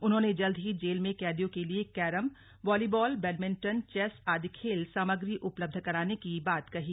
उन्होंने जल्द ही जेल में कैदियों के लिए कैरम वॉलीबाल बैडमिंटन चेस आदि खेल सामग्री उपलब्ध कराने की बात कही